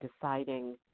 deciding